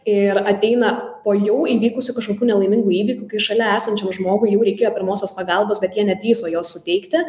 ir ateina po jau įvykusių kažkokių nelaimingų įvykių kai šalia esančiam žmogui jau reikėjo pirmosios pagalbos bet jie nedrįso jos suteikti